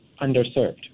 underserved